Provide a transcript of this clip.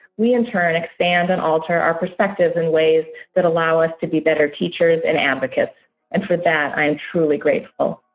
we in turn expand and alter our perspectives in ways that allow us to be better teachers and advocates, and for that i am truly grateful.